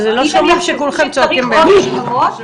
לא שומעים כשכולכם צועקים ביחד.